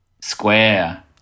square